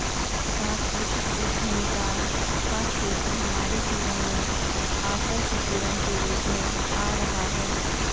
सांस्कृतिक उद्यमिता का क्षेत्र हमारे जीवन में आशा की किरण के रूप में आ रहा है